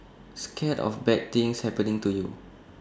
scared of bad things happening to you